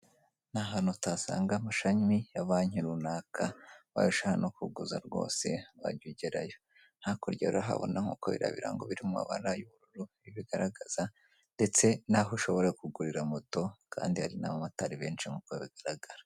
Nta hantu utasanga amashami ya banki runaka, ubaye ushaka no kuguza rwose wajya ugerayo, hakurya urahabona nk'uko biriya birango biri mu mabara y'ubururu bibigaragaza, ndetse n'aho ushobora kugurira moto, kandi hari n'aba motari benshi nk'uko bigaragara.